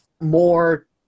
more